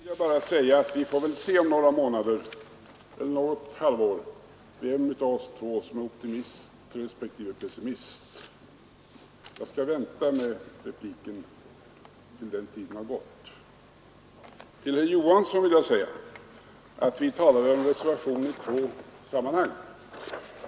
Fru talman! Till herr Molin vill jag bara säga att vi får väl se om några månader eller något halvår vem av oss som är optimist respektive pessimist. Jag skall vänta till dess med att replikera honom. Vi talade, herr Johansson i Trollhättan, om reservationer i två skilda sammanhang.